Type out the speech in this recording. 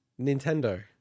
nintendo